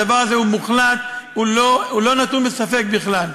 הדבר הזה הוא מוחלט, הוא לא נתון בספק בכלל.